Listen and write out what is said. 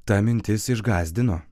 ta mintis išgąsdino